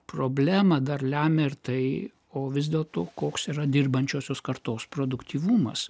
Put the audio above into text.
problemą dar lemia ir tai o vis dėlto koks yra dirbančiosios kartos produktyvumas